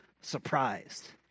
surprised